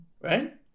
right